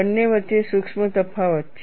બંને વચ્ચે સૂક્ષ્મ તફાવત છે